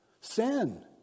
sin